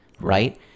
right